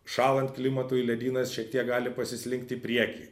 šąlant klimatui ledynas šiek tiek gali pasislinkt į priekį